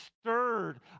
stirred